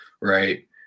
right